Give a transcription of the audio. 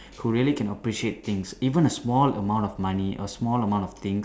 who really can appreciate things even a small amount of money a small amount of things